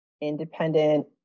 independent